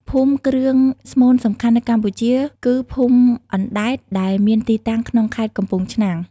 ភូមិគ្រឿងស្មូនសំខាន់នៅកម្ពុជាគឺ ភូមិអណ្ដែត ដែលមានទីតាំងក្នុងខេត្តកំពង់ឆ្នាំង។